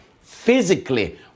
physically